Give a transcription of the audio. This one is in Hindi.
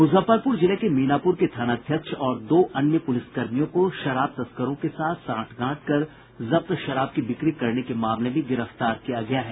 मुजफ्फरपुर जिले के मीनापुर के थानाध्यक्ष और दो अन्य पुलिस कर्मियों को शराब तस्करों के साथ सांठगांठ कर जब्त शराब की बिक्री करने के मामले में गिरफ्तार किया गया है